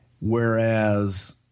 whereas